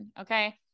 okay